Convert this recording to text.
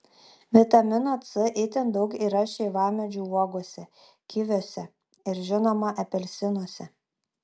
vitamino c itin daug yra šeivamedžių uogose kiviuose ir žinoma apelsinuose